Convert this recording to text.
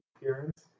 appearance